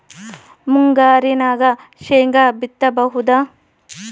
ಮುಂಗಾರಿನಾಗ ಶೇಂಗಾ ಬಿತ್ತಬಹುದಾ?